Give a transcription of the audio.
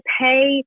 pay